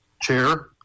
Chair